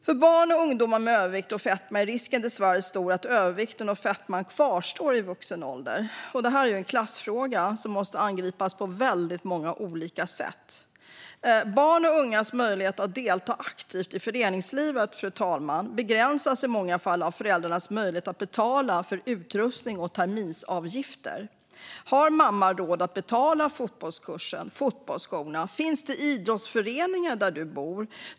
För barn och ungdomar med övervikt och fetma är risken dessvärre stor att övervikten och fetman kvarstår i vuxen ålder. Detta är en klassfråga som måste angripas på väldigt många olika sätt. Barns och ungas möjlighet att delta aktivt i föreningslivet, fru talman, begränsas i många fall av föräldrarnas möjlighet att betala utrustning och terminsavgifter. Har mamma råd att betala fotbollskursen eller fotbollsskorna? Finns det idrottsföreningar där du bor?